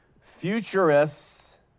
Futurists